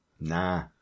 nah